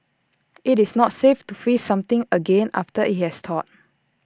IT is not safe to freeze something again after IT has thawed